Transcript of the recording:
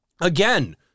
Again